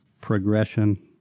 progression